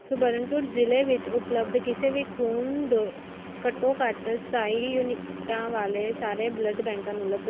ਸੁਬਰਨਪੁਰ ਜ਼ਿਲ੍ਹੇ ਵਿੱਚ ਉਪਲਬਧ ਕਿਸੇ ਵੀ ਖੂਨ ਦੇ ਘੱਟੋ ਘੱਟ ਸਤਾਈ ਯੂਨਿਟਾਂ ਵਾਲੇ ਸਾਰੇ ਬਲੱਡ ਬੈਂਕਾਂ ਨੂੰ ਲੱਭੋ